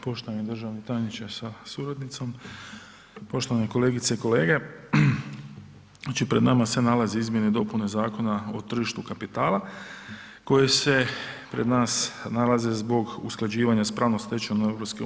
Poštovani državni tajniče sa suradnicom, poštovane kolegice i kolege, znači pred nama se nalazi izmjene i dopune Zakona o tržištu kapitala, koje se pred nas nalaze zbog usklađivanja s pravnom stečevinom EU.